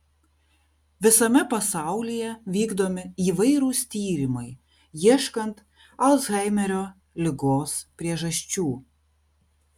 visame pasaulyje vykdomi įvairūs tyrimai ieškant alzheimerio ligos priežasčių